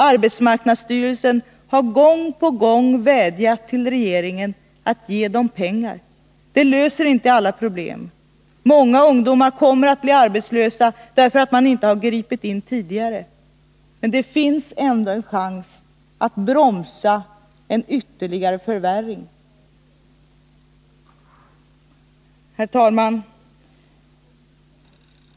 Arbetsmarknadsstyrelsen har gång på gång vädjat till regeringen att ge den pengar. Det löser inte alla problem. Många ungdomar kommer att bli arbetslösa därför att man inte har gripit in tidigare. Men det finns ändå en chans att bromsa en ytterligare förvärring. Herr talman!